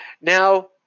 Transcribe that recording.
Now